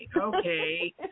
Okay